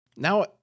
Now